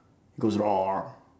goes roar